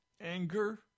anger